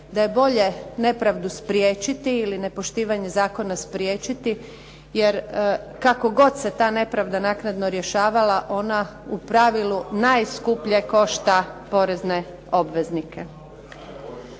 da je bolje nepravdu spriječiti ili nepoštivanje zakona spriječiti jer kako god se ta nepravda naknadno rješavala ona u pravilu najskuplje košta porezne obveznike.